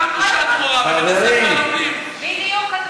גם, בדיוק התגובה שעליה אני דיברתי,